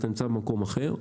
אז אתה נמצא במקום אחר.